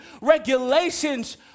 regulations